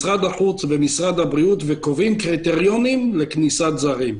משרד החוץ ומשרד הבריאות וקובעים קריטריונים לכניסת זרים.